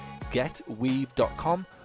getweave.com